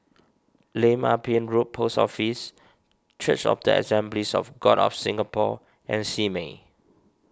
Lim Ah Pin Road Post Office Church of the Assemblies of God of Singapore and Simei